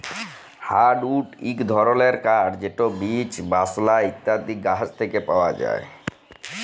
hardwood ইক ধরলের কাঠ যেট বীচ, বালসা ইত্যাদি গাহাচ থ্যাকে পাউয়া যায়